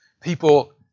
People